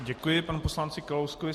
Děkuji panu poslanci Kalouskovi.